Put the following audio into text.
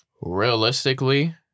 Realistically